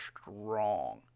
strong